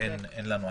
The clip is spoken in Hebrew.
כשאין לנו משהו.